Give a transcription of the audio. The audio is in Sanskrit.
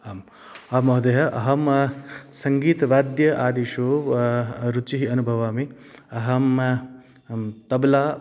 आम् आं महोदयः अहं सङ्गीतवाद्य आदिषु रुचिः अनुभवामि अहं तब्ला